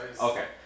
Okay